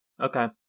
Okay